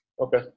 Okay